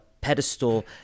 pedestal